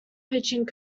pitching